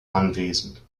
anwesend